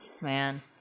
Man